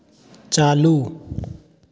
चालू